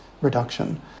reduction